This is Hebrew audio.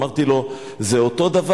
הוא אומר שביקשו ממנו כסף.